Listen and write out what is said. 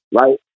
right